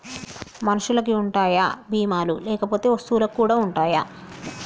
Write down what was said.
మనుషులకి ఉంటాయా బీమా లు లేకపోతే వస్తువులకు కూడా ఉంటయా?